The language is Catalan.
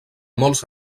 molts